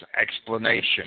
explanation